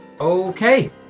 Okay